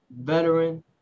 veteran